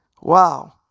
Wow